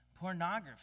pornography